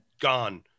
Gone